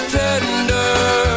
tender